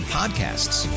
podcasts